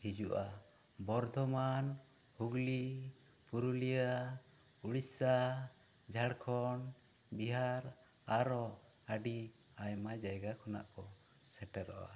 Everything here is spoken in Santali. ᱦᱤᱡᱩᱜᱼᱟ ᱵᱚᱨᱫᱷᱚᱢᱟᱱ ᱦᱩᱜᱽᱞᱤ ᱯᱩᱨᱩᱞᱤᱭᱟᱹ ᱳᱰᱤᱥᱟ ᱡᱷᱟᱲᱠᱷᱚᱸᱰ ᱵᱤᱦᱟᱨ ᱟᱨᱚ ᱟᱹᱰᱤ ᱟᱭᱢᱟ ᱡᱟᱭᱜᱟ ᱠᱷᱚᱱᱟᱜ ᱠᱚ ᱥᱮᱴᱮᱨᱚᱜᱼᱟ